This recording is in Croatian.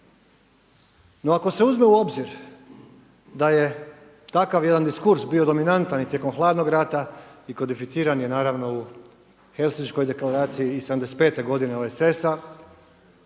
No ako se uzme u obzir da je takav jedan diskurs bio dominantan i tijekom hladnog rata i kodificiran je naravno u Helsinškoj deklaraciji i 75-te godine OESS-a,